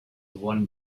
won